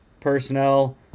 personnel